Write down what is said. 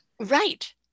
Right